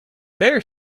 there